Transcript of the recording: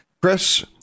Chris